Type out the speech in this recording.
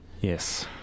yes